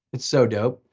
it's so dope.